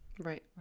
Right